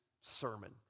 sermon